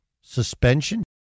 suspension